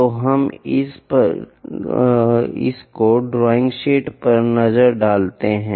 तो हम इस ड्राइंग शीट पर नजर डालते हैं